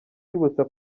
yibutsa